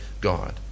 God